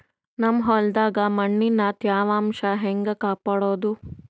ನಮ್ ಹೊಲದಾಗ ಮಣ್ಣಿನ ತ್ಯಾವಾಂಶ ಹೆಂಗ ಕಾಪಾಡೋದು?